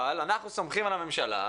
אבל אנחנו סומכים על הממשלה,